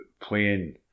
playing